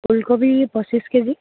ওলকবি পঁচিছ কেজি